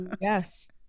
Yes